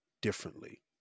differently